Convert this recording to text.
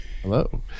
Hello